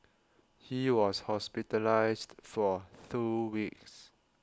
he was hospitalised for two weeks